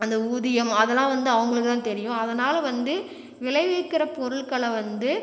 அந்த ஊதியம் அதெல்லாம் வந்து அவங்களுக்கு தான் தெரியும் அதனால் வந்து விளைவிக்கிற பொருள்களை வந்து